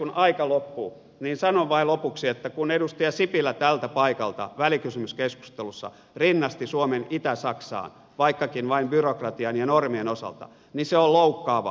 kun aika loppuu niin sanon vain lopuksi että kun edustaja sipilä tältä paikalta välikysymyskeskustelussa rinnasti suomen itä saksaan vaikkakin vain byrokratian ja normien osalta niin se on loukkaavaa